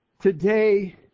today